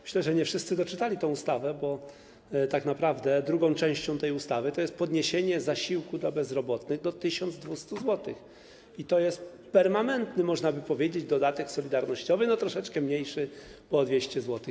Myślę, że nie wszyscy doczytali tę ustawę, bo tak naprawdę drugą częścią tej ustawy jest podniesienie zasiłku dla bezrobotnych do 1200 zł - i to jest permanentny, można by powiedzieć, dodatek solidarnościowy, troszeczkę mniejszy, o 200 zł.